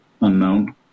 unknown